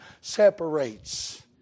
separates